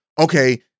okay